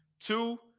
Two